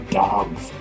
dogs